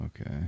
Okay